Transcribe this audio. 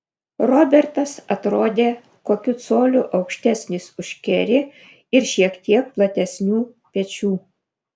robertas atrodė kokiu coliu aukštesnis už kerį ir šiek tiek platesnių pečių